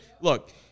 Look